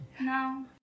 No